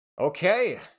Okay